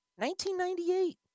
1998